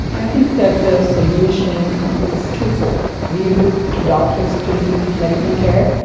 i think that the solution is twofold. we look to doctors to lead medical care,